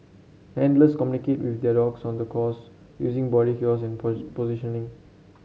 handlers communicate with their dogs on the course using body cures and positioning